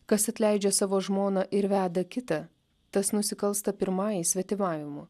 kas atleidžia savo žmoną ir veda kitą tas nusikalsta pirmajai svetimavimu